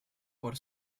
por